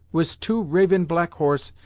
wis two raven-black horse,